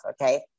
Okay